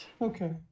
Okay